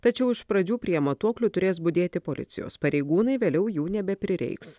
tačiau iš pradžių prie matuoklių turės budėti policijos pareigūnai vėliau jų nebeprireiks